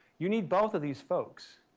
you need both of these folks.